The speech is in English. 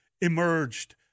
emerged